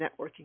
networking